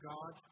God